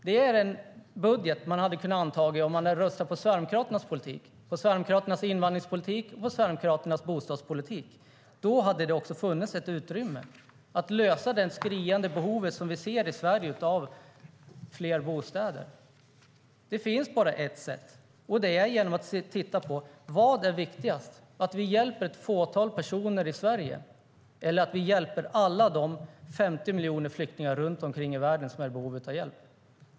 Den budgeten hade man kunnat anta om man röstat på Sverigedemokraternas politik - på Sverigedemokraternas invandringspolitik, på Sverigedemokraternas bostadspolitik. Då hade det funnits utrymme att lösa det skriande behovet av fler bostäder som vi ser i Sverige.Det finns bara ett sätt, och det är att titta på vad som är viktigast, att vi hjälper ett fåtal personer i Sverige eller att vi hjälper alla de 50 miljoner flyktingar runt om i världen som är i behov av hjälp.